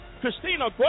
Christina